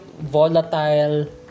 volatile